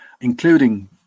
including